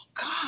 God